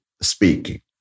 speaking